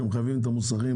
שהם מחייבים את המוסכים,